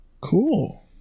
cool